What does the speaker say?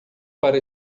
para